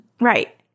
right